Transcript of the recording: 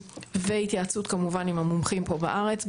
והתייעצות כמובן עם המומחים פה בארץ,